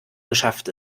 geschafft